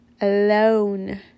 alone